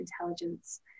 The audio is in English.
intelligence